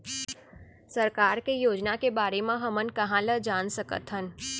सरकार के योजना के बारे म हमन कहाँ ल जान सकथन?